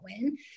win